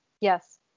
Yes